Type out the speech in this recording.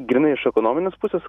grynai iš ekonominės pusės